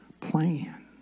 plan